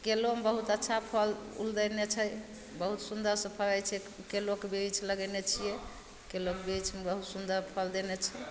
केलोमे बहुत अच्छा फल फूल देने छै बहुत सुन्दर सऽ फरै छै केलो कऽ बृछ लगेने छियै केलो कऽ बृछ मऽ बहुत सुन्दर फल देने छै